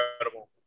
incredible